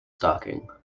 stalking